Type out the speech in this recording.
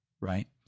Right